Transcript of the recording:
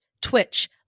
Twitch